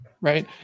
right